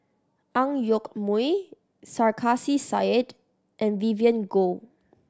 Ang Yoke Mooi Sarkasi Said and Vivien Goh